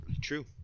True